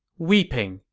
weeping,